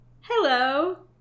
hello